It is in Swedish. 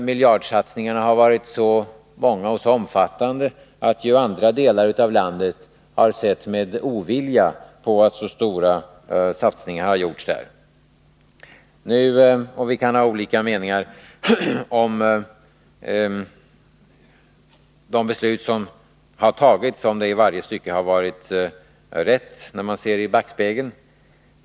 Miljardsatsningarna har varit så många och så omfattande att man i andra delar av landet sett med ovilja på att så stora satsningar gjorts där. Vi kan ha olika meningar om ifall de beslut som fattats i varje stycke varit de rätta, när man nu ser det i backspegeln.